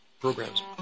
programs